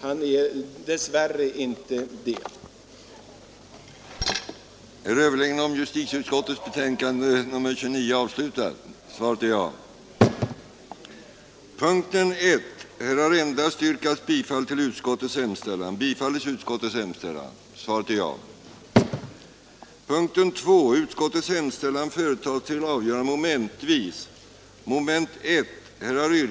Han är dess värre inte det. den det ej vill röstar nej. den det ej vill röstar